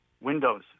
Windows